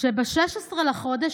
שב-16 בחודש,